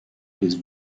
his